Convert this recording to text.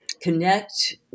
connect